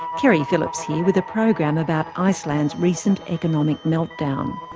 keri phillips here with a program about iceland's recent economic meltdown.